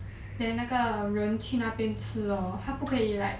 then 那个人去那边吃 lor 他不可以 like